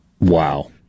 Wow